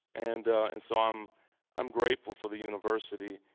and and so i'm i'm grateful for the university,